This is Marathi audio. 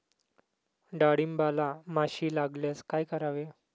डाळींबाला माशी लागल्यास काय करावे?